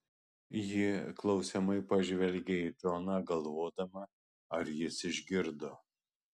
ji klausiamai pažvelgia į džoną galvodama ar jis išgirdo